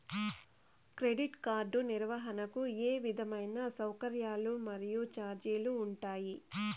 Credit card నిర్వహణకు ఏ విధమైన సౌకర్యాలు మరియు చార్జీలు ఉంటాయా?